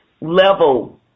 level